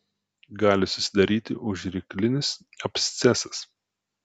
gali susidaryti užryklinis abscesas